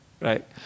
right